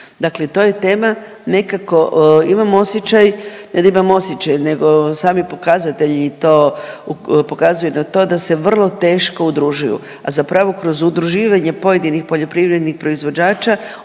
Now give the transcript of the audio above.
imam osjećaj, ne da imam osjećaj nego sami pokazatelji pokazuju na to da se vrlo teško udružuju, a zapravo kroz udruživanje pojedinih poljoprivrednih proizvođača